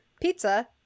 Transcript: pizza